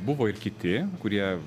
buvo ir kiti kurie